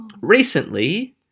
Recently